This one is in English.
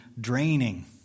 draining